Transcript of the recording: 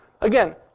Again